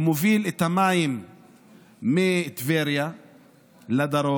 הוא מוביל את המים מטבריה לדרום